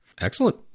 excellent